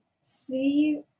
see